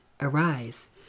arise